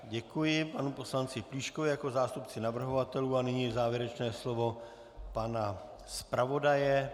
Děkuji panu poslanci Plíškovi jako zástupci navrhovatelů a nyní je závěrečné slovo pana zpravodaje.